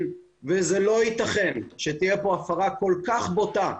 וזה לא יתכן שתהיה כאן הפרה כל כך בוטה,